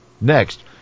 Next